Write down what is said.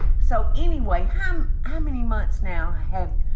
so anyway, how um ah many months now? have,